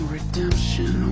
Redemption